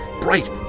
bright